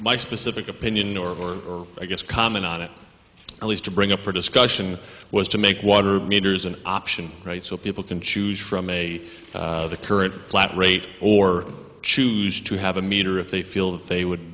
my specific opinion or i guess comment on it at least to bring up for discussion was to make water meters an option right so people can choose from a current flat rate or choose to have a meter if they feel that they would